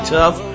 tough